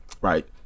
Right